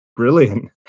brilliant